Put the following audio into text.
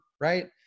right